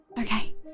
Okay